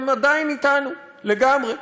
הם עדיין אתנו, לגמרי,